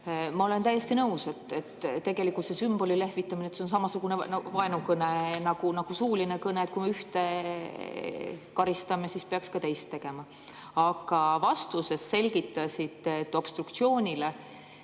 Ma olen täiesti nõus, et tegelikult on sümboli lehvitamine samasugune vaenukõne nagu suuline kõne, ja kui me ühte karistame, siis peaks ka teist karistama. Oma vastuses selgitasite, et obstruktsioonile